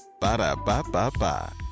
Ba-da-ba-ba-ba